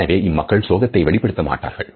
எனவே இம்மக்கள் சோகத்தை வெளிப்படுத்த மாட்டார்கள்